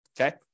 Okay